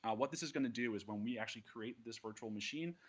what this is going to do is when we actually create this virtual machine,